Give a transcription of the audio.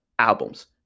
Albums